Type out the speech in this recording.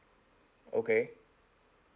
okay